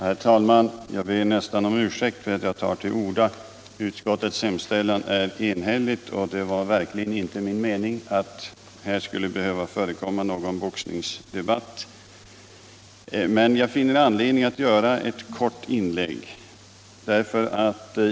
Herr talman! Jag ber nästan om ursäkt för att jag tar till orda. Utskottets hemställan är enhällig, och det var verkligen inte min mening att här skulle behöva förekomma någon boxningsdebatt. Men jag finner dock anledning att göra ett kort inlägg.